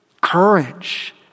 courage